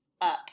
up